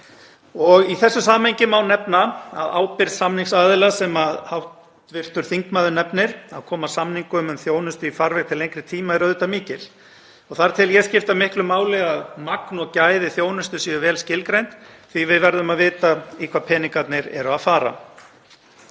Í þessu samhengi má nefna að ábyrgð samningsaðila, sem hv. þingmaður nefnir, á að koma samningum um þjónustu í farveg til lengri tíma er auðvitað mikil. Þar tel ég skipta miklu máli að magn og gæði þjónustu séu vel skilgreind því að við verðum að vita í hvað peningarnir eru að fara.